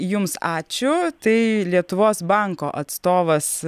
jums ačiū tai lietuvos banko atstovas